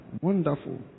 Wonderful